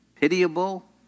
pitiable